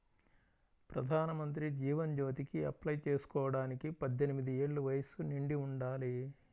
ప్రధానమంత్రి జీవన్ జ్యోతికి అప్లై చేసుకోడానికి పద్దెనిది ఏళ్ళు వయస్సు నిండి ఉండాలి